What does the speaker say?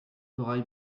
corail